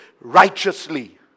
righteously